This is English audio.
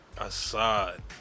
Assad